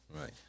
right